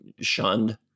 shunned